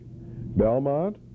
Belmont